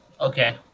Okay